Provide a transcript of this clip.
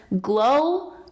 glow